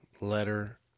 letter